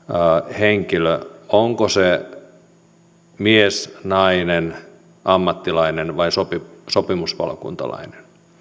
henkilö mies vai nainen ammattilainen vai sopimuspalokuntalainen